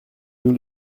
nous